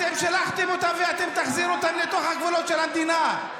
אתם שלחתם אותם ואתם תחזירו אותם לתוך הגבולות של המדינה.